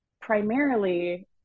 primarily